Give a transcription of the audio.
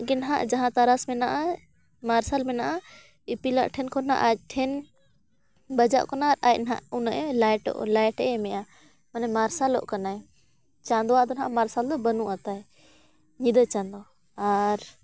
ᱜᱮ ᱱᱟᱦᱟᱜ ᱡᱟᱦᱟᱸ ᱛᱟᱨᱟᱥ ᱢᱮᱱᱟᱜᱼᱟ ᱢᱟᱨᱥᱟᱞ ᱢᱮᱱᱟᱜᱼᱟ ᱤᱯᱤᱞᱟᱜ ᱴᱷᱮᱱ ᱠᱷᱚᱱ ᱟᱡ ᱴᱷᱮᱱ ᱵᱟᱡᱟᱜ ᱠᱟᱱᱟ ᱟᱨ ᱟᱡ ᱱᱟᱦᱟᱜ ᱩᱱᱟᱹᱜ ᱮ ᱞᱟᱭᱤᱴ ᱮ ᱮᱢᱮᱜᱼᱟ ᱢᱟᱱᱮ ᱢᱟᱨᱥᱟᱞᱚᱜ ᱠᱟᱱᱟᱭ ᱪᱟᱸᱫᱳ ᱟᱜ ᱫᱚ ᱱᱟᱦᱟᱜ ᱢᱟᱨᱥᱟᱞ ᱫᱚ ᱵᱟᱹᱱᱩᱜᱼᱟ ᱛᱟᱭ ᱧᱤᱫᱟᱹ ᱪᱟᱸᱫᱳ ᱟᱨ